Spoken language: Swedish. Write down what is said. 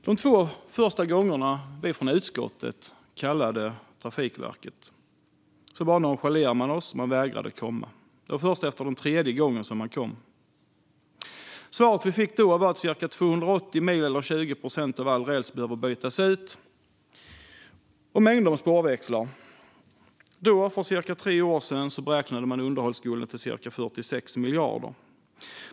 De två första gångerna vi från utskottet kallade Trafikverket nonchalerade de oss och vägrade komma. Först efter tredje gången kom de. Svaret vi fick var att cirka 280 mil eller 20 procent av all räls och mängder med spårväxlar behöver bytas ut. För cirka tre år sedan beräknades underhållsskulden till cirka 46 miljarder.